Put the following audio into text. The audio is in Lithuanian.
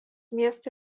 miestų